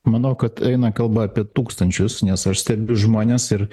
manau kad eina kalba apie tūkstančius nes aš stebiu žmones ir